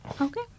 Okay